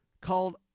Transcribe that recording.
called